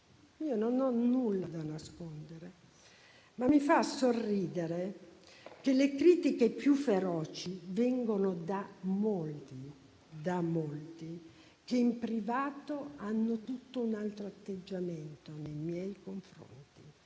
io non ho nulla da nascondere), è che le critiche più feroci vengano da molti che in privato hanno tutto un altro atteggiamento nei miei confronti